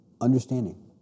understanding